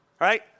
right